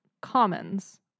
commons